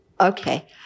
Okay